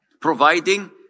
Providing